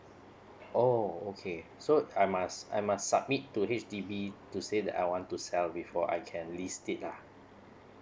oh okay so I must I must submit to H_D_B to say that I want to sell before I can really stayed lah